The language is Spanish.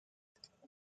ocho